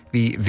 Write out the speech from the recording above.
Wie